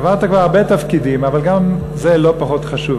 עברת כבר הרבה תפקידים אבל גם זה לא פחות חשוב,